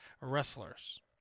wrestlers